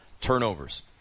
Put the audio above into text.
Turnovers